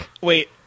Wait